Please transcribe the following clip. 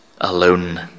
alone